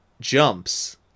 jumps